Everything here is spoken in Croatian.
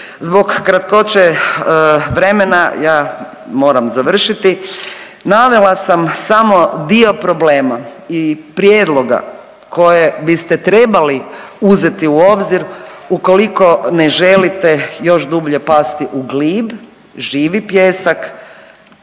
Zbog kratkoće vremena, ja moram završiti. Navela sam samo dio problema i prijedloga koje biste trebali uzeti u obzir ukoliko ne želite još dublje pasti u glib, živi pijesak